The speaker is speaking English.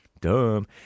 Dumb